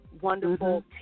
Wonderful